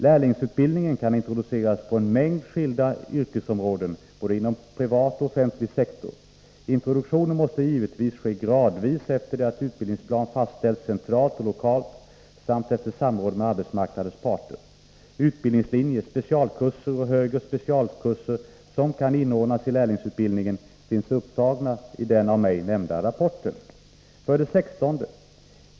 Lärlingsutbildning kan introduceras på en mängd skilda yrkesområden, både inom privat och inom offentlig sektor. Introduktionen måste givetvis ske gradvis efter det att utbildningsplan fastställts centralt och lokalt samt efter samråd med arbetsmarknadens parter. Utbildningslinjer, specialkurser och högre specialkurser som kan inordnas i lärlingsutbildningen finns upptagna i den av mig nämnda rapporten. 16.